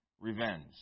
revenge